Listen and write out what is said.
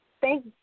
thank